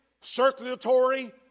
circulatory